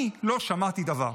אני לא שמעתי דבר.